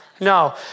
No